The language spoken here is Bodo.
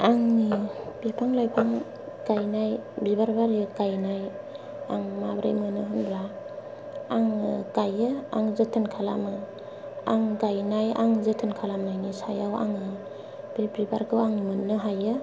आंनि बिफां लाइफां गायनाय बिबार बारि गायनाय आं माब्रै मोनो होनब्ला आङो गायो आं जोथोन खालामो आं गायनाय आं जोथोन खालामनायनि सायाव आङो बे बिबारखौ आं मोननो हायो